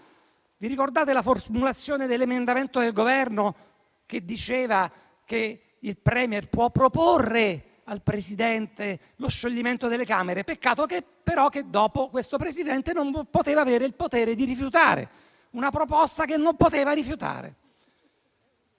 Vi ricordate la formulazione dell'emendamento del Governo che diceva che il *Premier* può proporre al Presidente lo scioglimento delle Camere? Peccato però che dopo questo Presidente non poteva avere il potere di rifiutare. Era una proposta che non poteva rifiutare.